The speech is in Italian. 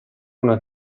una